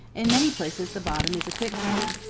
in many places the bottom is a quicksand,